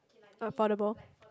affordable